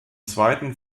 zweiten